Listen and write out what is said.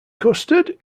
custard